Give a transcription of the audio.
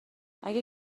اگه